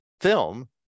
film